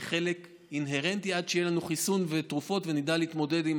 כחלק אינהרנטי עד שיהיה לנו חיסון ותרופות ונדע להתמודד עם